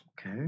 Okay